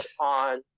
on